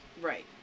right